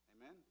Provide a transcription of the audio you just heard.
Amen